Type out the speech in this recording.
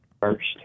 First